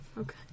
Okay